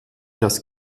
das